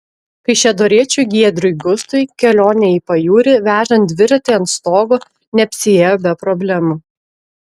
kaišiadoriečiui giedriui gustui kelionė į pajūrį vežant dviratį ant stogo neapsiėjo be problemų